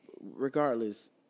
Regardless